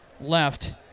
left